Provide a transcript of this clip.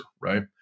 right